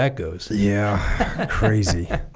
yeah goes yeah crazy